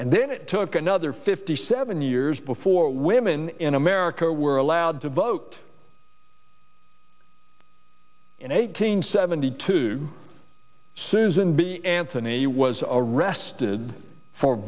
and then it took another fifty seven years before women in america were allowed to vote in eighteen seventy two susan b anthony was arrested for